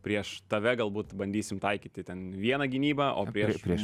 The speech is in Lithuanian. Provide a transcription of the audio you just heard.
prieš tave galbūt bandysim taikyti ten vieną gynybą o prieš